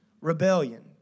rebellion